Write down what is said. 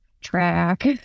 track